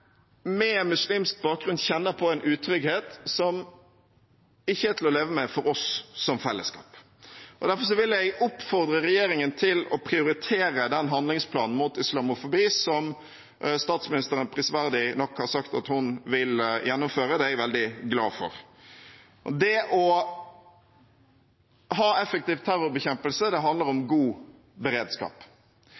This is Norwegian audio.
med muslimsk bakgrunn kjenner på en utrygghet som ikke er til å leve med for oss som fellesskap. Derfor vil jeg oppfordre regjeringen til å prioritere den handlingsplanen mot islamofobi som statsministeren prisverdig nok har sagt at hun vil gjennomføre. Det er jeg veldig glad for. Det å ha effektiv terrorbekjempelse handler om